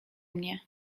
mnie